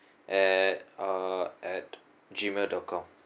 at uh at G mail dot com